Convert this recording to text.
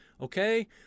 okay